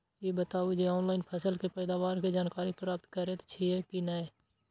ई बताउ जे ऑनलाइन फसल के पैदावार के जानकारी प्राप्त करेत छिए की नेय?